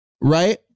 right